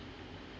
uh